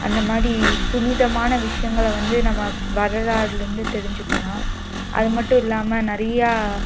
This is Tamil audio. அந்த மாதிரி புனிதமான விஷயங்கள வந்து நம்ம வரலாறுலேருந்து தெரிஞ்சுக்கலாம் அது மட்டும் இல்லாமல் நிறையா